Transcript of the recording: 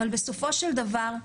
אבל בסופו של דבר,